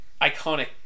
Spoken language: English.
iconic